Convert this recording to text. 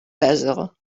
basil